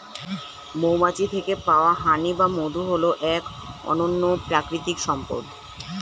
মৌমাছির থেকে পাওয়া হানি বা মধু হল এক অনন্য প্রাকৃতিক সম্পদ